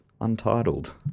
Untitled